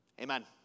Amen